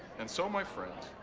and so my friends,